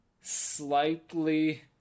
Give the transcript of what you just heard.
slightly